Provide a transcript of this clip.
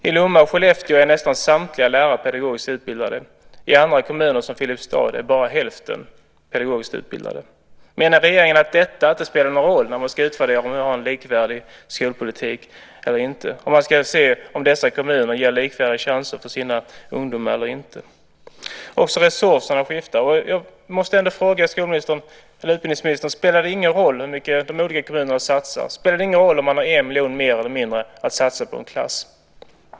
I Lomma och Skellefteå är nästan samtliga lärare pedagogiskt utbildade, men i andra kommuner som Filipstad är bara hälften pedagogiskt utbildade. Menar regeringen att detta inte spelar någon roll när man ska utvärdera om man har en likvärdig skolpolitik eller inte och om dessa kommuner ger likvärdiga chanser till sina ungdomar eller inte? Också resurserna skiftar, och jag måste ändå fråga utbildningsministern: Spelar det ingen roll hur mycket de olika kommunerna satsar? Spelar det ingen roll om man har en miljon mer eller mindre att satsa på en klass?